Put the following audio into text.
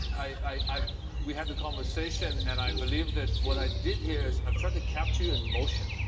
i we had the conversation and i believe that what i did hear, um trying to capture you in motion,